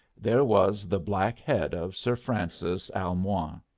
there was the black head of sir francis almoign.